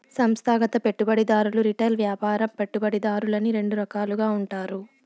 సంస్థాగత పెట్టుబడిదారులు రిటైల్ వ్యాపార పెట్టుబడిదారులని రెండు రకాలుగా ఉంటారు